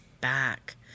back